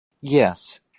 yes